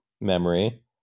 memory